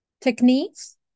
techniques